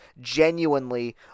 genuinely